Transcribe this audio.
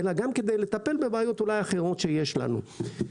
אלא גם כדי לטפל בבעיות אחרות שיש לנו.